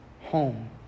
home